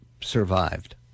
survived